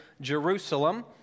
Jerusalem